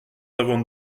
avons